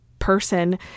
person